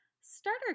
starter